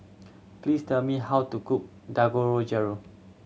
please tell me how to cook Dangojiru